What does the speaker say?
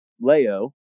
Leo